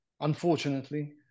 unfortunately